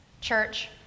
church